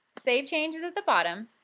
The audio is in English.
save changes at the bottom,